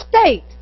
state